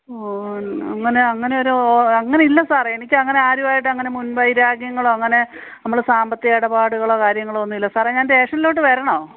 ഓ അങ്ങനെ അങ്ങനെ ഒരു ഓ അങ്ങനെ ഇല്ല സാറേ എനിക്ക് അങ്ങനെ ആരും ആയിട്ട് അങ്ങനെ മുൻ വൈരാഗ്യങ്ങളോ അങ്ങനെ നമ്മൾ സാമ്പത്തിക ഇടപാടുകളോ കാര്യങ്ങളോ ഒന്നും ഇല്ല സാറേ ഞാൻ സ്റ്റേഷനിലോട്ട് വരണോ